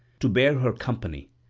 to bear her company.